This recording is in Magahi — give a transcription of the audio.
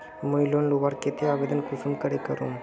मुई लोन लुबार केते आवेदन कुंसम करे करूम?